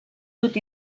dut